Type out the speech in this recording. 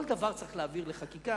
כל דבר צריך להעביר לחקיקה.